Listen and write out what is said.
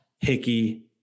Hickey